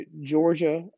Georgia